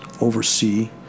oversee